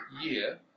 year